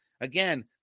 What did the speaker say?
again